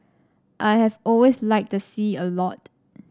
I have always liked the sea a lot